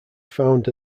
found